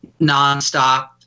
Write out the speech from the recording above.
nonstop